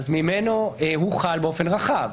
הוא חל באופן רחב.